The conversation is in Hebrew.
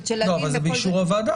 של הדין --- אבל זה באישור הוועדה.